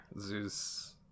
Zeus